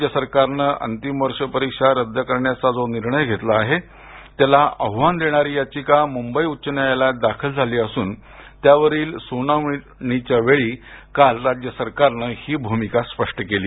राज्य सरकारनं अंतिम वर्ष परीक्षा रद्द करण्याचा जो निर्णय घेतला आहे त्याला आव्हान देणारी याचिका मुंबई उच्च न्यायालयात दाखल झाली असून त्यावरील सुनावणीच्या वेळी काल राज्य सरकारनं ही भूमिका स्पष्ट केली